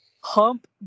hump